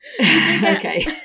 okay